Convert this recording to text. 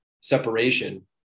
separation